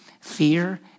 fear